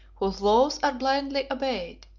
whose laws are blindly obeyed,